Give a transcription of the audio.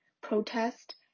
protest